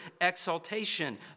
exaltation